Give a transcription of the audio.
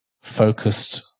focused